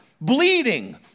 bleeding